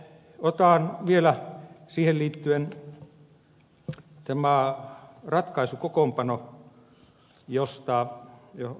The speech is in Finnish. otan vielä siihen liittyen tämän ratkaisukokoonpanon johon ed